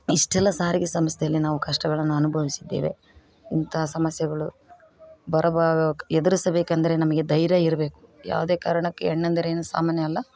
ಇಷ್ಟೆಲ್ಲ ಸಾರಿಗೆ ಸಂಸ್ಥೆಯಲ್ಲಿ ನಾವು ಕಷ್ಟಗಳನ್ನು ಅನುಭವಿಸಿದ್ದೇವೆ ಇಂಥ ಸಮಸ್ಯೆಗಳು ಬರೋಬರಾಕ್ ಎದುರಿಸಬೇಕಂದ್ರೆ ನಮಗೆ ಧೈರ್ಯ ಇರ್ಬೇಕು ಯಾವುದೇ ಕಾರಣಕ್ಕೆ ಹೆಣ್ಣು ಎಂದರೇನು ಸಾಮಾನ್ಯ ಅಲ್ಲ